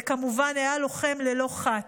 וכמובן היה לוחם ללא חת.